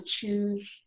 choose